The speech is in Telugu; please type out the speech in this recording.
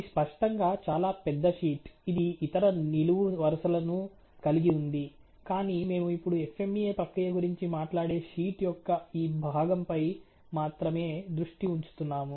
ఇది స్పష్టంగా చాలా పెద్ద షీట్ ఇది ఇతర నిలువు వరుసలను కలిగి ఉంది కానీ మేము ఇప్పుడు FMEA ప్రక్రియ గురించి మాట్లాడే షీట్ యొక్క ఈ భాగం పై మాత్రమే దృష్టి వుంచుతున్నాము